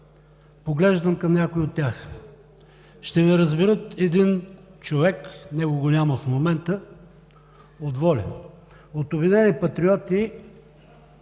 поглеждам към някои от тях. Ще ме разбере един човек, него го няма в момента, от ВОЛЯ. От „Обединени патриоти“